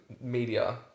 media